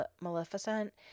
Maleficent